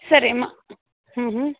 sir એમાં હ હ